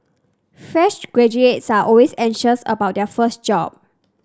fresh graduates are always anxious about their first job